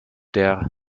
der